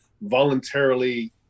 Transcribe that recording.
voluntarily